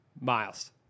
Miles